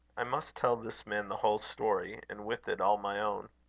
i must tell this man the whole story and with it all my own.